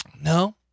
No